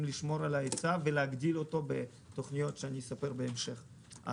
לשמור על ההיצע ולהגדיל אותו בתכניות שאני אספר עליהן בהמשך.